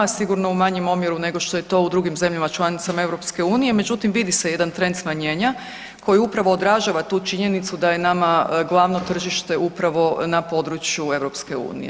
Sigurno u manjem omjeru nego što je to u drugim zemljama članicama EU, međutim vidi se jedan trend smanjenja koji upravo odražava tu činjenicu da je nama glavno tržište upravo na području EU.